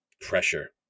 pressure